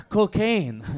Cocaine